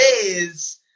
days